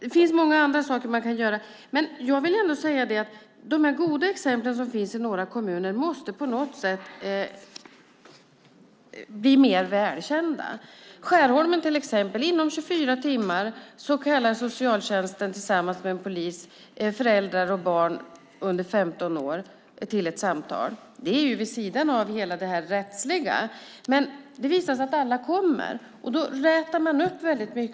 Det finns många andra saker man kan göra. De goda exempel som finns i några kommuner måste på något sätt bli mer välkända. Det gäller till exempel Skärholmen. Inom 24 timmar kallar socialtjänsten där tillsammans med en polis föräldrar och barn under 15 år till ett samtal. Det görs vid sidan av hela det rättsliga. Det visar sig att alla kommer. Då rätar man upp mycket.